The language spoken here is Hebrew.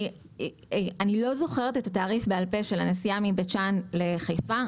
אני לא זוכרת בעל פה את התעריף של הנסיעה מבית שאן לחיפה.